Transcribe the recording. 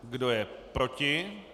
Kdo je proti?